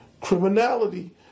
criminality